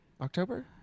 October